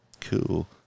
Cool